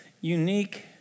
unique